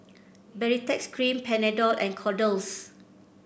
Baritex Cream Panadol and Kordel's